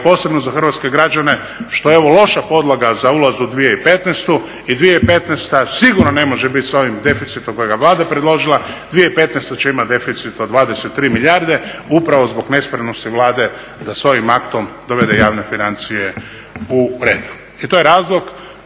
posebno za hrvatske građane što evo loša podloga za ulaz u 2015. i 2015. sigurno ne može biti sa ovim deficitom kojega je Vlada predložila. 2015. će imati deficit od 23 milijarde upravo zbog nespremnosti Vlade da sa ovim aktom dovede javne financije u red. I to je razlog